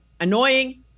annoying